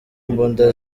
mbunda